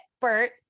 Bert